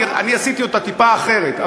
עשיתי אותה טיפה אחרת,